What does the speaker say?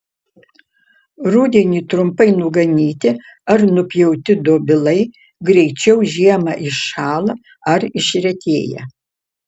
rudenį trumpai nuganyti ar nupjauti dobilai greičiau žiemą iššąla ar išretėja